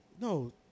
no